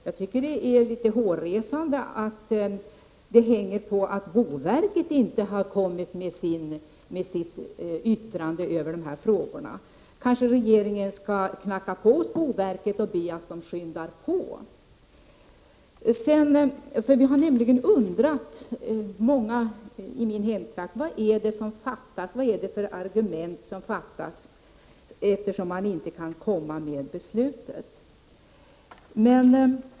Jag tycker det är hårresande att det hänger på att boverket inte har kommit med sitt yttrande i de här frågorna. Kanske regeringen skall knacka på hos boverket och be att de skyndar på. Många människor i min hemtrakt har nämligen undrat vilka argument som fattas, eftersom man inte kan komma med ett beslut.